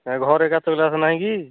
ନାଁ ଘରେ କାଚ ଗ୍ଳାସ୍ ନାହିଁ କି